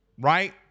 Right